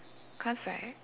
cause like